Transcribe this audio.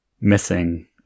missing